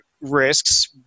risks